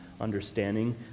understanding